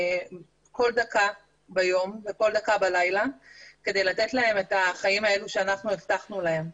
כל דקה ביום וכל דקה בלילה כדי לתת להם את החיים שאנחנו הבטחנו להם.